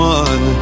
one